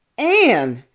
anne,